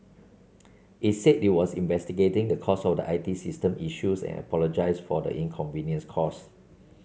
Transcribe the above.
it said it was investigating the cause of the I T system issues and apologised for the inconvenience cause